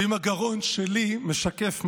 ואם הגרון שלי משקף משהו,